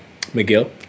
McGill